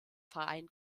verein